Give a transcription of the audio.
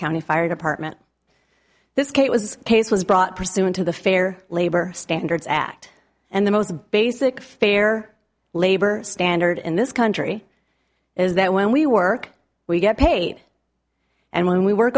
county fire department this case was case was brought pursuant to the fair labor standards act and the most basic fair labor standards in this country is that when we were we get paid and when we w